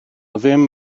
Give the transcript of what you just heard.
ddim